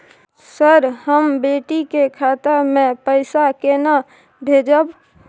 Sir, हम बेटी के खाता मे पैसा केना भेजब?